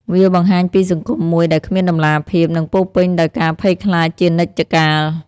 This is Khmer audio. វាបង្ហាញពីសង្គមមួយដែលគ្មានតម្លាភាព និងពោរពេញដោយការភ័យខ្លាចជានិច្ចកាល។